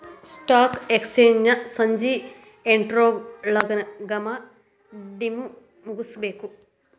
stock exchange ನ ಸಂಜಿ ಎಂಟ್ರೊಳಗಮಾಡಿಮುಗ್ಸ್ಬೇಕು